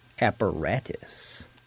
Apparatus